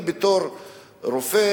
בתור רופא,